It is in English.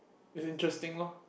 it's interesting loh